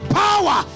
power